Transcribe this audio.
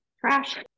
trash